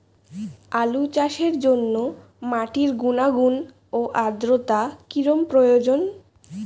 আলু চাষের জন্য মাটির গুণাগুণ ও আদ্রতা কী রকম প্রয়োজন?